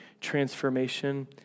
transformation